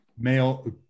male